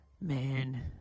man